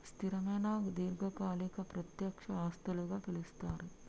స్థిరమైన దీర్ఘకాలిక ప్రత్యక్ష ఆస్తులుగా పిలుస్తరు